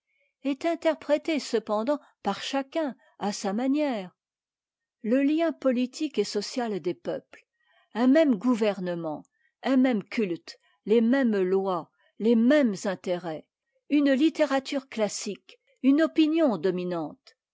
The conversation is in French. est interprétée cependant par chacun à sa manière le lien politique et social des peuples un même gouvernement un même culte les mêmes lois les mêmes intérêts une littérature classique une opinion dominante